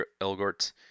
Elgort